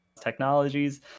technologies